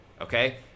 okay